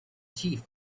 chief